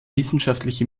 wissenschaftliche